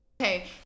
Okay